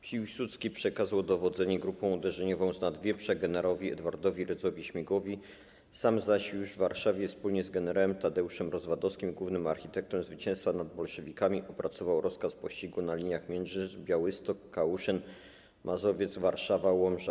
Piłsudski przekazał dowodzenie grupom uderzeniowym znad Wieprza gen. Edwardowi Rydzowi-Śmigłowi, sam zaś już w Warszawie wspólnie z gen. Tadeuszem Rozwadowskim, głównym architektem zwycięstwa nad bolszewikami, opracował rozkaz pościgu na liniach Międzyrzec, Białystok, Kałuszyn, Mazowieck, Warszawa, Łomża.